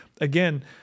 again